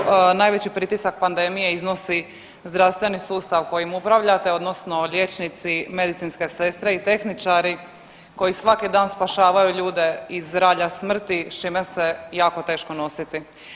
zaboravlja kako najveći pritisak pandemije iznosi zdravstveni sustav kojim upravljate odnosno liječnici, medicinske sestre i tehničari koji svaki dan spašavaju ljude iz ralja smrti s čime se jako teško nositi.